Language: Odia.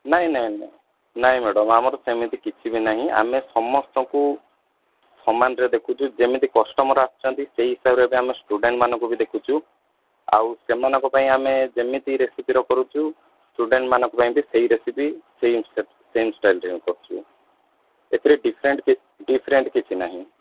ନାଇଁ ନାଇଁ ମା ନାଇଁ ମାଡାମ୍ ଆମର ସେମିତି କିଛି ବି ନାହିଁ ଆମେ ସମସ୍ତଙ୍କୁ ସମାନରେ ଦେଖୁଛୁ ଯେମିତି କଷ୍ଟମର୍ ଆସୁଛନ୍ତି ସେଇ ହିସାବରେ ଆମେ ଷ୍ଟୁଡେଣ୍ଟ୍ଙ୍କୁ ଦେଖୁଛୁ ଆଉ ସେମାନଙ୍କ ପାଇଁ ଆମେ ଯେମିତି ରେସିପିର କରଉଛୁ ଷ୍ଟୁଡେଣ୍ଟ୍ମାନଙ୍କ ପାଇଁ ବି ସେଇ ରେସିପି ସେମ୍ ସେମ୍ ଷ୍ଟାଇଲ୍ରେ ଆମେ କରୁଛୁ ଏଥିରେ ଡିଫରେଣ୍ଟ କି ଏଥିରେ ଡିଫରେଣ୍ଟ କିଛି ନାହିଁ